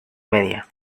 media